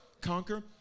conquer